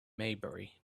maybury